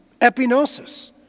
Epinosis